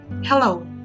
Hello